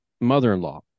mother-in-law